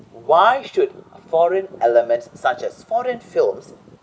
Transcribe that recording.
why should a foreign elements such as foreign films